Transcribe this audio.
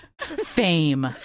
Fame